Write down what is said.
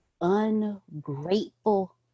ungrateful